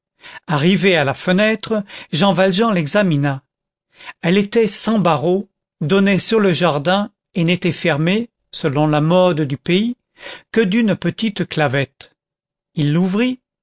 arrivé à la fenêtre jean valjean l'examina elle était sans barreaux donnait sur le jardin et n'était fermée selon la mode du pays que d'une petite clavette il l'ouvrit